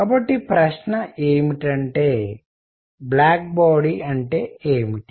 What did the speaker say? కాబట్టి ప్రశ్న ఏమిటంటే బ్లాక్ బాడీ అంటే ఏమిటి